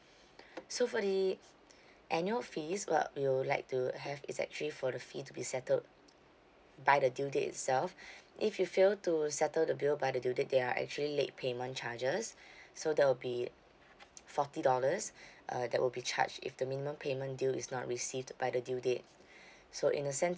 so for the annual fees what we'd like to have is actually for the fee to be settled by the due date itself if you fail to settle the bill by the due date there are actually late payment charges so that will be forty dollars uh that will be charged if the minimum payment due is not received by the due date so in a sense